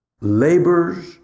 labors